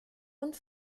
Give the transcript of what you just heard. und